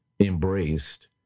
embraced